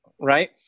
right